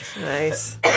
Nice